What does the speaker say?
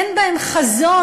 אין בהם חזון,